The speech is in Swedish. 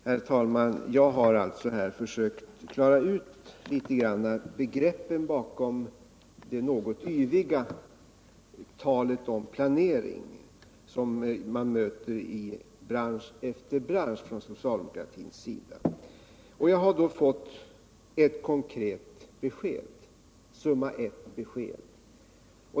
Herr talman! Jag har här försökt klara ut begreppen bakom det något yviga talet om planering som man möter från socialdemokratins sida i bransch efter bransch, och jag har då fått ett konkret besked —- summa ett besked.